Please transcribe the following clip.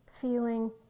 feeling